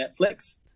Netflix